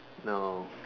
no